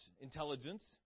intelligence